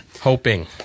hoping